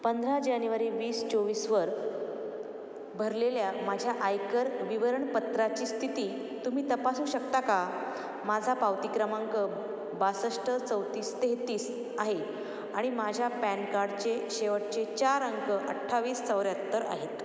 पंधरा जानेवारी वीस चोवीसवर भरलेल्या माझ्या आयकर विवरणपत्राची स्थिती तुम्ही तपासू शकता का माझा पावती क्रमांक बासष्ट चौतीस तेहेतीस आहे आणि माझ्या पॅन कार्डचे शेवटचे चार अंक अठ्ठावीस चौऱ्याहत्तर आहेत